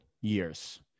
years